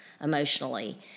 emotionally